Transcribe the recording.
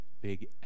big